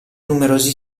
numerosi